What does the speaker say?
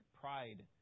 pride